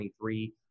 23